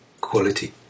quality